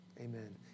amen